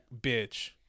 bitch